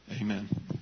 Amen